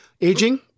aging